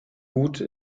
gut